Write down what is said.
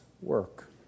work